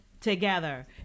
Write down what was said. together